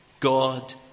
God